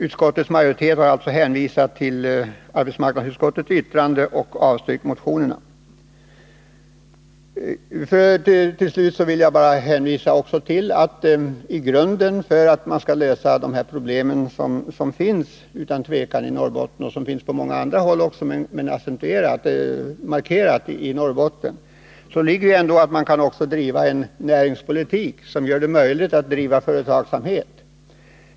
Utskottets majoritet har hänvisat till arbetsmarknadsutskottets yttrande och avstyrkt motionerna. Till slut vill jag hänvisa till att förutsättningen för att man skall kunna lösa de problem som utan tvekan finns på många håll men mest markerat i Norrbotten är att vi för en näringspolitik som gör det möjligt att driva företagsamhet.